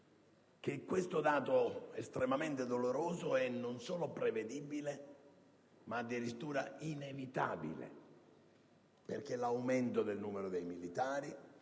questo dato estremamente doloroso è, non solo prevedibile, ma addirittura inevitabile, perché l'aumento del numero dei militari,